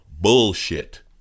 bullshit